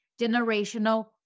generational